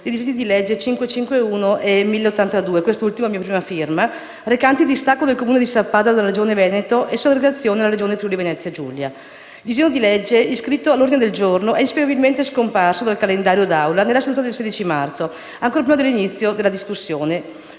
disegni di legge nn. 951 e 1082 (quest'ultimo a mia prima firma), recanti «Distacco del comune di Sappada dalla regione Veneto e sua aggregazione alla regione Friuli-Venezia Giulia». Il disegno di legge iscritto all'ordine del giorno è inspiegabilmente scomparso dal calendario d'Assemblea nella seduta del 16 marzo, ancor prima dell'inizio della discussione.